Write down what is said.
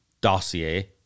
dossier